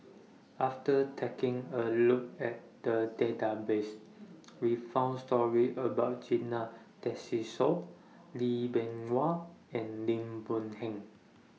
after taking A Look At The Database We found stories about Zena Tessensohn Lee Bee Wah and Lim Boon Heng